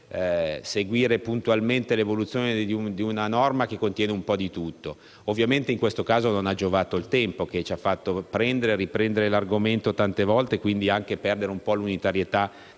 seguire puntualmente l'evoluzione di una norma che contiene un po' di tutto. Ovviamente in questo caso non ha giovato il tempo, che ci ha fatto prendere e riprendere l'argomento tante volte e quindi perdere anche l'unità